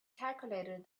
calculated